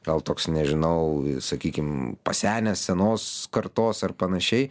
gal toks nežinau sakykim pasenęs senos kartos ar panašiai